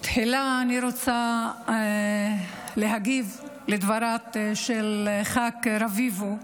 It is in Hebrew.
תחילה אני רוצה להגיב על דבריו של חבר הכנסת רביבו,